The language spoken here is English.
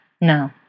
No